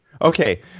Okay